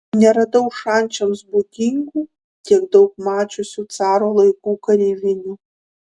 neradau šančiams būdingų tiek daug mačiusių caro laikų kareivinių